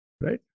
right